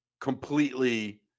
completely